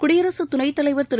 குடியரசு துணைத் தலைவர் திரு